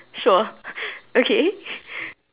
sure okay